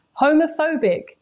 homophobic